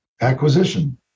acquisition